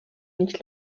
nicht